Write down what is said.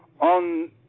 on